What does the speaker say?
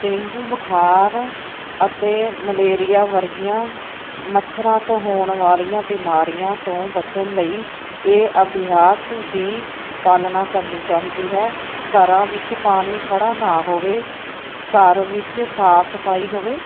dengue ਬੁਖਾਰ ਅਤੇ malaria ਵਰਗੀਆਂ ਮੱਛਰਾਂ ਤੋਂ ਹੋਣ ਵਾਲੀਆਂ ਬਿਮਾਰੀਆਂ ਤੋਂ ਬਚਣ ਲਈ ਇਹ ਅਭਿਆਸ ਦੀ ਪਾਲਣਾ ਕਰਨੀ ਚਾਹੀਦੀ ਹੈ ਘਰਾਂ ਵਿੱਚ ਪਾਣੀ ਖੜਾ ਨਾ ਹੋਵੇ ਘਰ ਵਿੱਚ ਸਾਫ਼ ਸਫਾਈ ਹੋਵੇ